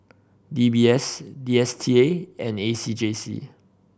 D B S D S T A and A C J C